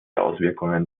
auswirkungen